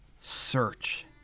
search